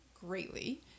greatly